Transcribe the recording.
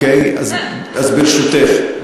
אז ברשותך.